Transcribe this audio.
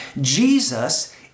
Jesus